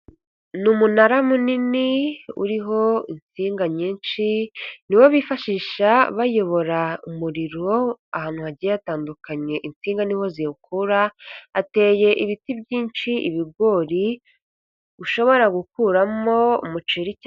Ni umunara munini uriho insininga nyinshi, ni wo bifashisha bayobora umuriro ahantu hagiye hatandukanye insinga niho ziwukura, hateye ibiti byinshi, ibigori ushobora gukuramo umuceri cyangwa...